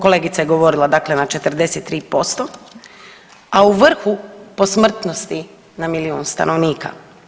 Kolegica je govorila, dakle na 43% a u vrhu po smrtnosti na milijun stanovnika.